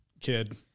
kid